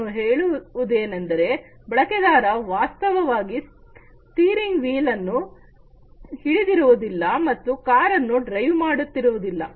ನಾನು ಹೇಳುವುದೇನೆಂದರೆ ಬಳಕೆದಾರ ವಾಸ್ತವವಾಗಿ ಸ್ಟಿಯರಿಂಗ್ ವಿಲನ್ನು ಹಿಡಿದಿರುವುದಿಲ್ಲ ಮತ್ತು ಕಾರನ್ನು ಡ್ರೈವ್ ಮಾಡುತ್ತಿರುವುದಿಲ್ಲ